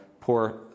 poor